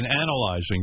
analyzing